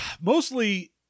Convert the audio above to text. mostly